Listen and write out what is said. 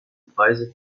preise